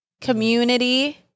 community